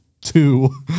two